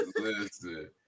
Listen